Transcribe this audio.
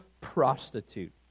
prostitute